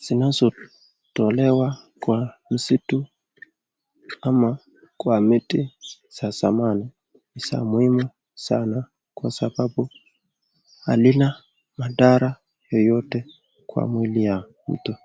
zinazotolewa kwa msitu ama kwa miti za zamani ni muhimu sana kwa sababu halina madhara yoyote kwa mwili ya mtu.